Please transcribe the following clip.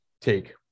take